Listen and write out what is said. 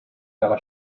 dalla